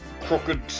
crooked